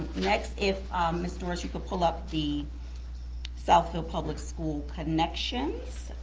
next, if ms. norris, you could pull up the southfield public school connections?